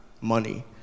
money